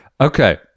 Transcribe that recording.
Okay